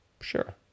Sure